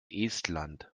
estland